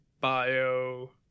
bio